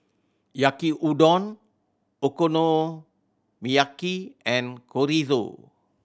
Yaki Udon Okonomiyaki and Chorizo